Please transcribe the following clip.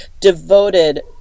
devoted